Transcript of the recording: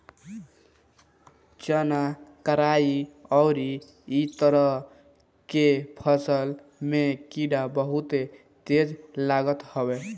चना, कराई अउरी इ तरह के फसल में कीड़ा बहुते तेज लागत हवे